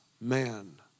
man